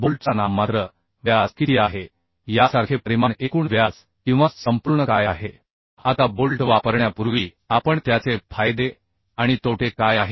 बोल्टचा नाममात्र व्यास किती आहे यासारखे परिमाण एकूण व्यास किंवा संपूर्ण काय आहे व्यास किंवा बोल्ट हे षटकोनी असो किंवा चौरस असो हेडचा प्रकार काय आहे